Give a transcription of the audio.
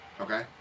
Okay